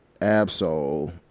Absol